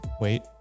wait